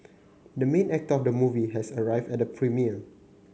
the main actor of the movie has arrived at the premiere